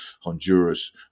Honduras